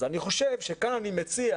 אני כאן מציע,